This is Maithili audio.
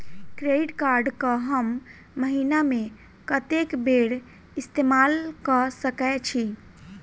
क्रेडिट कार्ड कऽ हम महीना मे कत्तेक बेर इस्तेमाल कऽ सकय छी?